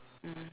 mm